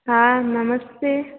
हा नमस्ते